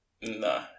Nah